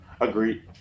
Agreed